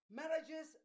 marriages